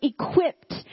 equipped